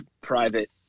private